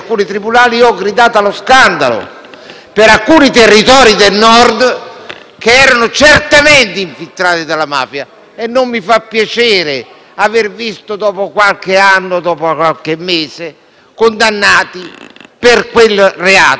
per alcuni territori del Nord che erano certamente infiltrati dalla mafia. E non mi ha fatto piacere vedere, dopo qualche anno o dopo qualche mese, dei condannati per quel reato di associazione mafiosa.